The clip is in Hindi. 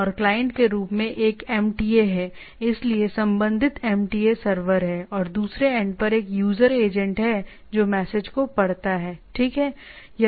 और क्लाइंट के रूप में एक एमटीए है इसलिए संबंधित एमटीए सर्वर है और दूसरे एंड पर एक यूजर एजेंट है जो मैसेज को पढ़ता है ठीक है